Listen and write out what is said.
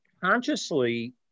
consciously